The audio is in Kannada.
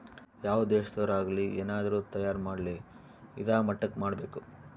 ಯಾವ್ ದೇಶದೊರ್ ಆಗಲಿ ಏನಾದ್ರೂ ತಯಾರ ಮಾಡ್ಲಿ ಇದಾ ಮಟ್ಟಕ್ ಮಾಡ್ಬೇಕು